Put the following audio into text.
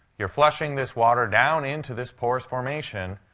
you're flushing this water down into this porous formation.